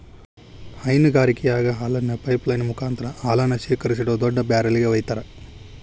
ಹೈನಗಾರಿಕೆಯಾಗ ಹಾಲನ್ನ pipeline ಮುಕಾಂತ್ರ ಹಾಲನ್ನ ಶೇಖರಿಸಿಡೋ ದೊಡ್ಡ ಬ್ಯಾರೆಲ್ ಗೆ ವೈತಾರ